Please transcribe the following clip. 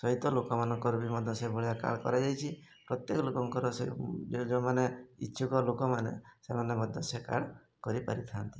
ସହିତ ଲୋକମାନଙ୍କର ବି ମଧ୍ୟ ସେ ଭଳିଆ କାର୍ଡ଼ କରାଯାଇଛି ପ୍ରତ୍ୟେକ ଲୋକଙ୍କର ସେ ଯୋଉମାନେ ଇଚ୍ଛୁକ ଲୋକମାନେ ସେମାନେ ମଧ୍ୟ ସେ କାର୍ଡ଼ କରିପାରିଥାନ୍ତି